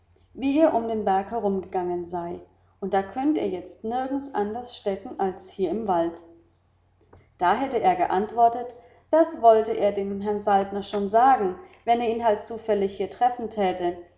wie er um den berg herumgegangen sei und da könnt er jetzt nirgends anders stecken als hier im wald da hätte er geantwortet das wollte er dem herrn saltner schon sagen wenn er ihn halt zufällig hier treffen täte